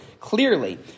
Clearly